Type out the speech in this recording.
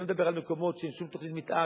אני לא מדבר על מקומות שאין שום תוכנית מיתאר,